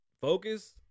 focus